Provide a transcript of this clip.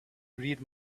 read